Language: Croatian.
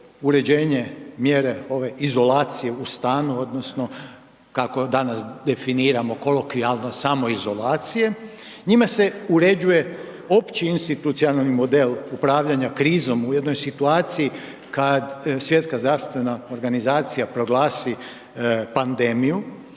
uređenje mjere ove izolacije u stanu odnosno kako danas definiramo kolokvijalno samoizolacije, njime se uređuje opći institucionalni model upravljanja krizom u jednoj situaciji kad Svjetska zdravstvena organizacija proglasi pandemiju,